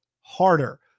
harder